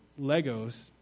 Legos